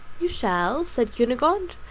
you shall, said cunegonde,